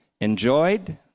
enjoyed